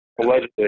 Allegedly